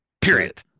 period